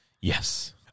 Yes